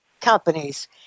companies